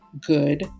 Good